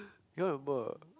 cannot remember